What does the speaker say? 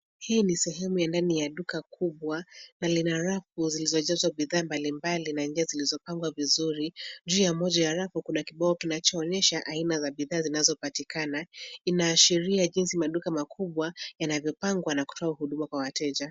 Hii ni sehemu ya ndani ya duka kubwa, na lina rafu zilizojazwa bidhaa mbalimbali na njia zilizopangwa vizuri. Juu ya moja ya rafu kuna kibao kinachoonyesha aina za bidhaa zinazopatikana. Inaashiria jinsi maduka makubwa yanavyopangwa na kutoa huduma kwa wateja.